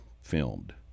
filmed